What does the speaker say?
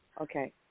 okay